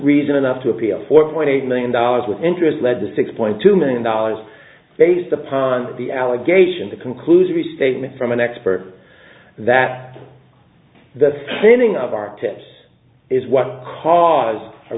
reason enough to appeal to four point eight million dollars with interest led to six point two million dollars based upon the allegation the conclusory statement from an expert that the meaning of our tips is what caused